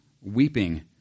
weeping